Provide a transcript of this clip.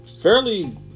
fairly